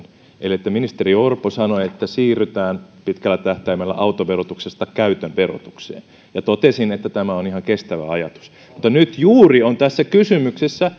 että ministeri orpo sanoi että siirrytään pitkällä tähtäimellä autoverotuksesta käytön verotukseen ja totesin että tämä on ihan kestävä ajatus mutta nyt juuri on kysymyksessä